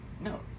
No